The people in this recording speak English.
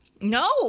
No